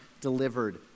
delivered